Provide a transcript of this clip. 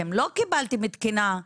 אתם לא קיבלתם תקינה,